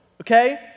okay